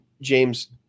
James